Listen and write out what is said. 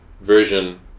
version